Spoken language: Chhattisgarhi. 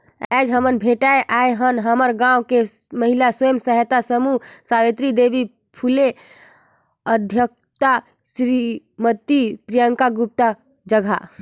आयज हमन भेटाय आय हन हमर गांव के महिला स्व सहायता समूह सवित्री देवी फूले अध्यक्छता सिरीमती प्रियंका गुप्ता जघा